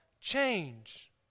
change